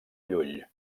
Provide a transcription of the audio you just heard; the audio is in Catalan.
llull